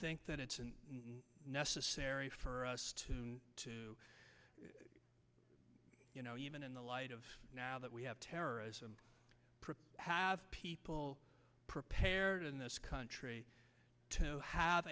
think that it's necessary for us to you know even in the light of now that we have terrorists have people prepared in this country to have